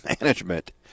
management